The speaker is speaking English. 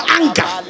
anger